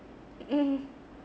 mm